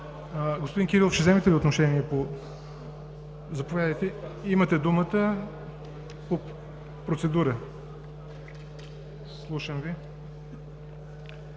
Господин Кирилов, ще вземете ли отношение? Заповядайте, имате думата. Процедура – слушам Ви.